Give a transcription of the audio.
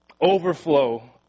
overflow